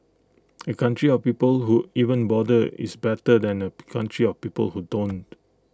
A country of people who even bother is better than A country of people who don't